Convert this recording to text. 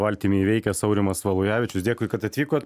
valtimi įveikęs aurimas valujavičius dėkui kad atvykot